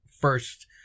first